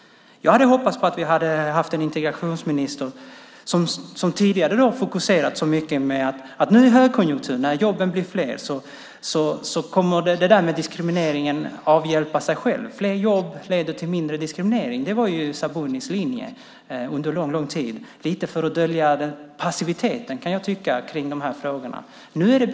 Integrationsministern har tidigare fokuserat mycket på att i högkonjunktur när jobben blir fler kommer det där med diskriminering att avhjälpa sig självt. Fler jobb leder till mindre diskriminering - det var Sabunis linje under lång tid, lite för att dölja passiviteten kring de här frågorna, kan jag tycka.